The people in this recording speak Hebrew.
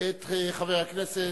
את חבר הכנסת,